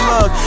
Look